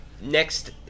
next